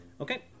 Okay